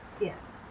yes